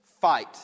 fight